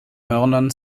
hörnern